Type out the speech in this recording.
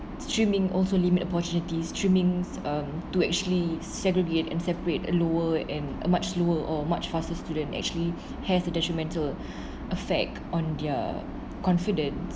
streaming also limit opportunities streamings um to actually segregate and separate lower and a much lower or much faster student actually has the detrimental effect on their confidence